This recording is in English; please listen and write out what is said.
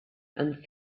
and